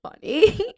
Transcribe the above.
funny